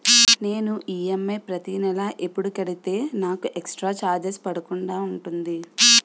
నేను ఈ.ఎం.ఐ ప్రతి నెల ఎపుడు కడితే నాకు ఎక్స్ స్త్ర చార్జెస్ పడకుండా ఉంటుంది?